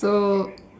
so